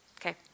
Okay